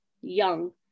young